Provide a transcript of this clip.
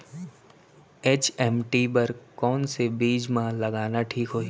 HMT बर कौन से बीज मा लगाना ठीक होही?